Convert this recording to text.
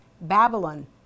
Babylon